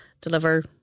deliver